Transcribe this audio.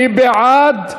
מי בעד?